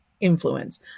influence